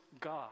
God